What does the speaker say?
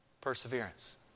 Perseverance